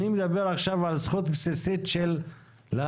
אני מדבר עכשיו על זכות בסיסית של להצביע.